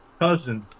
Cousin